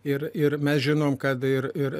ir ir mes žinom kada ir ir